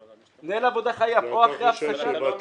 אבל אתה לא המשתמש --- ואתה חושב שבתקנות